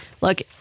Look